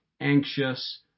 anxious